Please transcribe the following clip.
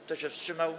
Kto się wstrzymał?